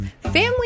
family